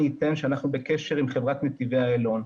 אנחנו בקשר עם חברת נתיבי איילון,